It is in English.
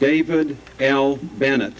david l bennett